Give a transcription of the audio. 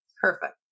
Perfect